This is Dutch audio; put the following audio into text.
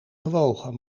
gewogen